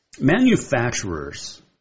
Manufacturers